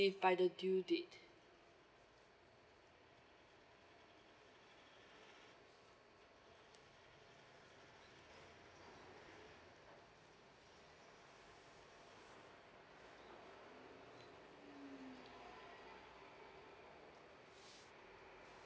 ~ived by the due date